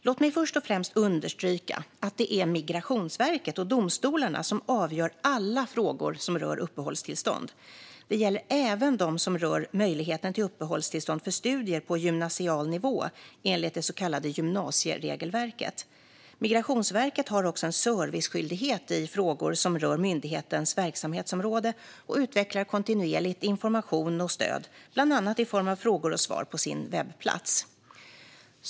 Låt mig först och främst understryka att det är Migrationsverket och domstolarna som avgör alla frågor som rör uppehållstillstånd. Det gäller även de frågor som rör möjligheten till uppehållstillstånd för studier på gymnasial nivå enligt det så kallade gymnasieregelverket. Migrationsverket har också en serviceskyldighet i frågor som rör myndighetens verksamhetsområde och utvecklar kontinuerligt information och stöd, bland annat i form av frågor och svar på sin webbplats.